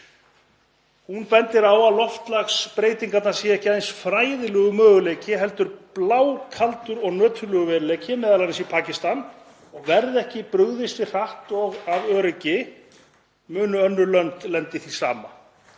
Hún bendir á að loftslagsbreytingarnar séu ekki aðeins fræðilegur möguleiki heldur blákaldur og nöturlegur veruleiki, m.a. í Pakistan, og verði ekki brugðist hratt við og af öryggi muni önnur lönd lenda í því sama.